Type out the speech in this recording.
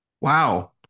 wow